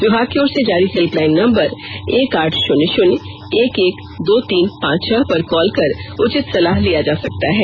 विभाग की ओर से जारी हेल्पलाइन नंबर एक आठ शून्य षून्य एक एक दो तीन पांच छह पर कॉल कर उचित सलाह लिया जा सकता है